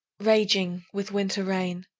raging with winter rain,